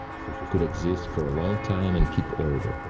sort of could exist for a long time, and keep order.